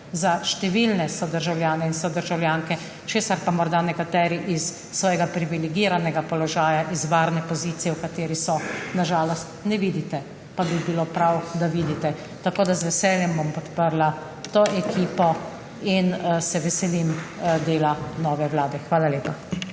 za številne sodržavljanke in sodržavljanke, česar pa morda nekateri s svojega privilegiranega položaja, z varne pozicije, v kateri ste, na žalost ne vidite, pa bi bilo prav, da vidite. Z veseljem bom podprla to ekipo in se veselim dela nove vlade. Hvala lepa.